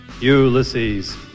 Ulysses